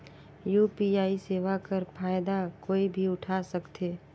UPI सेवा कर फायदा कोई भी उठा सकथे?